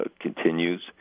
continues